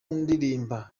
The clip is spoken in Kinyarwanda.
ndirimba